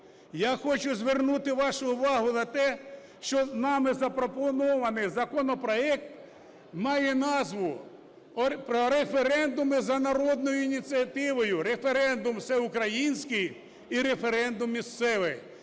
Я хочу звернути вашу увагу на те, що нами запропонований законопроект має назву "Про референдуми за народною ініціативою, референдум всеукраїнський і референдум місцевий".